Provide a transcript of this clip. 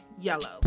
yellow